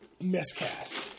Miscast